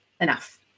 enough